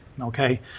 okay